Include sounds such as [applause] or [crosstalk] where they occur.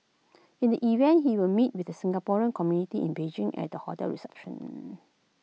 in the evening he will meet with the Singaporean community in Beijing at A hotel reception [hesitation]